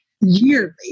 yearly